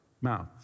mouth